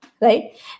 Right